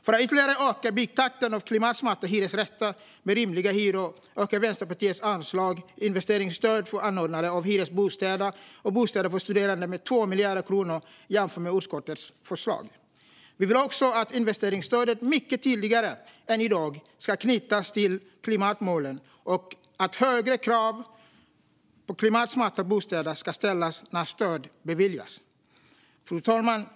För att ytterligare öka takten i byggandet av klimatsmarta hyresrätter med rimliga hyror ökar Vänsterpartiet anslaget Investeringsstöd för anordnande av hyresbostäder och bostäder för studerande med 2 miljarder kronor jämfört med utskottets förslag. Vi vill också att investeringsstödet mycket tydligare än i dag ska knytas till klimatmålen och att högre krav på klimatsmarta bostäder ska ställas när stöd beviljas. Fru talman!